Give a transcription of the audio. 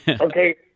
Okay